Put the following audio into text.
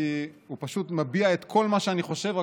כי הוא פשוט מביע את כל מה שאני חושב רק